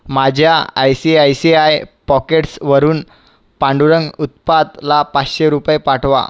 माझ्या I C I C I पॉकेट्सवरून पांडुरंग उत्पातला पाचशे रुपये पाठवा